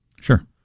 Sure